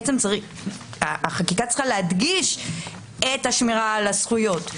החקיקה צריכה להדגיש את השמירה על הזכויות.